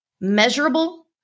measurable